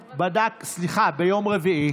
סליחה, ביום רביעי.